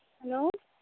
hello